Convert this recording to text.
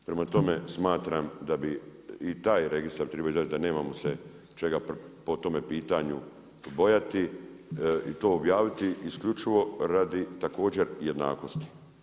Prema tome, smatram da bi i taj registar trebao izaći, da nemamo se čega po tome pitanju bojati i to objaviti, isključivo radi također jednakosti.